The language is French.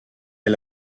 est